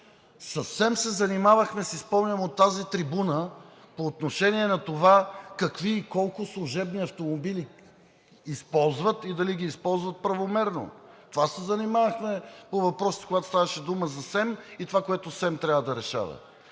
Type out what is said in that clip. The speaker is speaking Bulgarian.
си спомням, от тази трибуна по отношение на това какви и колко служебни автомобила използват и дали ги използват правомерно. С това се занимавахме по въпросите, когато ставаше дума за СЕМ и това, което СЕМ трябва да решава.